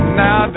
now